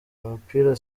umupira